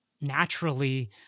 naturally